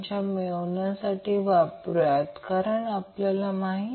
तर ab आणि an सारखेच दिसत असल्यास 30°